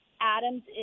Adams